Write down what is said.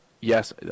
yes